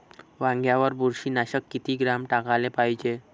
वांग्यावर बुरशी नाशक किती ग्राम टाकाले पायजे?